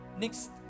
Next